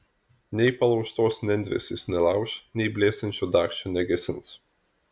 nei palaužtos nendrės jis nelauš nei blėstančio dagčio negesins